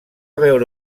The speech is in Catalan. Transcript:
veure